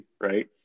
Right